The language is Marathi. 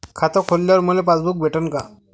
खातं खोलल्यावर मले पासबुक भेटन का?